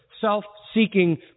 self-seeking